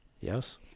yes